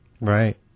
Right